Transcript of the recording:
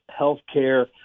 healthcare